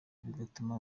bigatuma